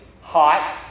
hot